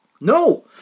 No